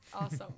awesome